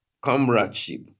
comradeship